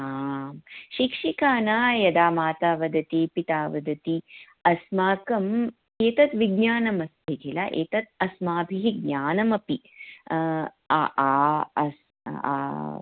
आं शिक्षिका न यदा माता वदति पिता वदति अस्माकम् एतत् विज्ञानमस्ति किल एतत् अस्माभिः ज्ञानमपि अस्ति